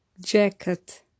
Jacket